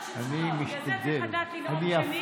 אני אף פעם,